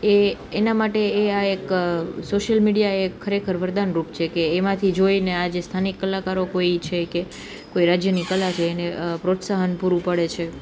એ એના માટે એ આ એક સોશિયલ મીડિયા એ ખરેખર વરદાન રૂપ છે કે એમાંથી જોઈને આજે સ્થાનિક કલાકારો કોઈ છે કે કોઈ રાજ્યની કલા જે એને પ્રોત્સાહન પૂરું પાડે છે